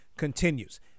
Continues